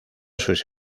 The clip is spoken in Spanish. sus